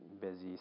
busy